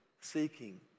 seeking